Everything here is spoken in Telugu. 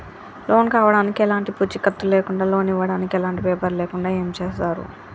లోన్ కావడానికి ఎలాంటి పూచీకత్తు లేకుండా లోన్ ఇవ్వడానికి ఎలాంటి పేపర్లు లేకుండా ఏం చేస్తారు?